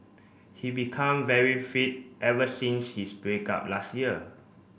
he become very fit ever since his break up last year